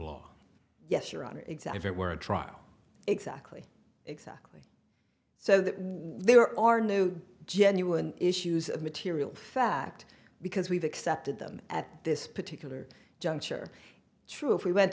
law yes your honor exhibit were a trial exactly exactly so that there are new genuine issues of material fact because we've accepted them at this particular juncture true if we went